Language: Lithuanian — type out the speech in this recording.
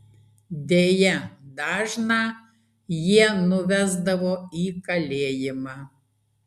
deja dažną jie nuvesdavo į kalėjimą